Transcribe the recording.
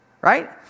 right